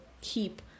keep